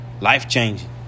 life-changing